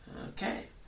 Okay